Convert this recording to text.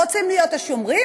רוצים להיות השומרים,